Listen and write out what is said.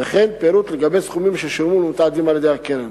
וכן פירוט סכומים ששולמו למתעדים על-ידי הקרן.